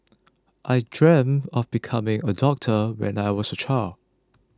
I dreamt of becoming a doctor when I was a child